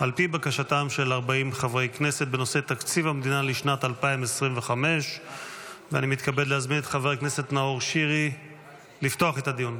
על פי בקשתם של 40 חברי כנסת בנושא: תקציב המדינה לשנת 2025. ואני מתכבד להזמין את חבר הכנסת נאור שירי לפתוח את הדיון.